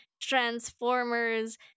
Transformers